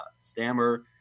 stammer